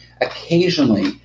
occasionally